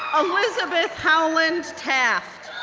um elizabeth howland taft,